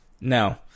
No